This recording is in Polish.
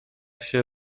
się